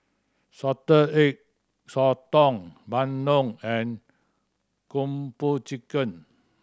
Salted Egg Sotong bandung and Kung Po Chicken